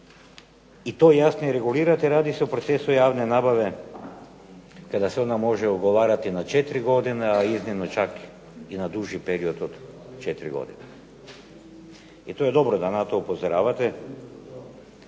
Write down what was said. i to jasnije regulirati, radi se o procesu javne nabave kada se ona može ugovarati na četiri godine, a iznimno čak i na duži period od četiri godine. I to je dobro da na to upozoravate,